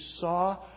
saw